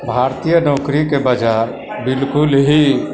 भारतीय नौकरीके बाजार बिल्कुल ही